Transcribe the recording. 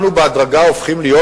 אנחנו בהדרגה הופכים להיות,